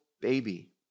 baby